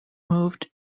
moved